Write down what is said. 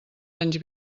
anys